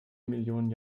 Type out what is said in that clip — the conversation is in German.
millionen